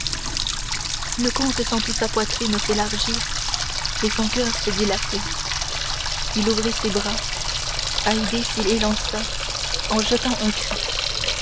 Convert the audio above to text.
le comte sentit sa poitrine s'élargir et son coeur se dilater il ouvrit ses bras haydée s'y élança en jetant un cri